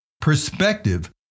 Perspective